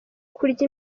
kurya